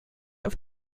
auf